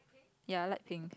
ya I like pink